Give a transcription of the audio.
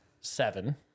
Seven